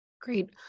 great